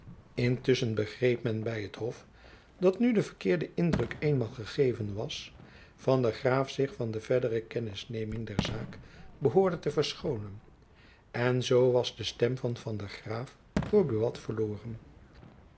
begreep men by het hof dat nu de verkeerde indruk eenmaal gegeven was van der graef zich van de verdere kennisneming der zaak behoorde te verschonen en zoo was de stem van van der graef voor buat verloren